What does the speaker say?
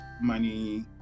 money